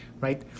right